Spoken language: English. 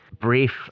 brief